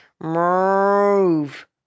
move